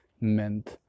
meant